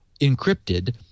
encrypted